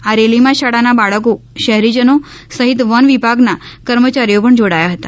આ રેલીમાં શાળાના બાળકો શહેરીજનો સહીત વન વિભાગના કર્મચારીઓ પણ જોડાયા હતા